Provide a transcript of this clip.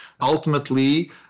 ultimately